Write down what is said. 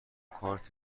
کارت